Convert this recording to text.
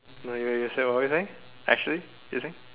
ya ya what were you saying actually you think